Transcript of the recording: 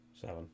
Seven